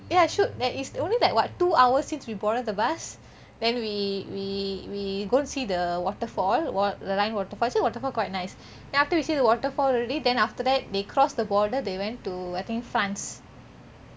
ya shoot like is only like what two hours since we boarded the bus then we we we go and see the waterfall what rhine waterfall actually the waterfall quite nice then after we see the waterfall already then after that they cross the border they went to I think france